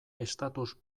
estatus